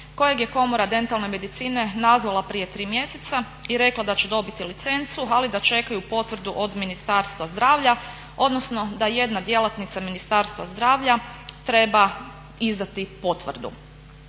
kojeg je Komora dentalne medicine nazvala prije 3 mjeseca i rekla da će dobiti licencu, ali da čekaju potvrdu od Ministarstva zdravlja, odnosno da jedna djelatnica Ministarstva zdravlja treba izdati potvrdu.